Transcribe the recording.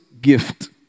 gift